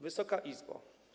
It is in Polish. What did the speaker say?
Wysoka Izbo!